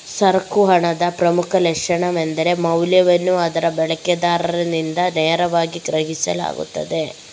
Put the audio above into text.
ಸರಕು ಹಣದ ಪ್ರಮುಖ ಲಕ್ಷಣವೆಂದರೆ ಮೌಲ್ಯವನ್ನು ಅದರ ಬಳಕೆದಾರರಿಂದ ನೇರವಾಗಿ ಗ್ರಹಿಸಲಾಗುತ್ತದೆ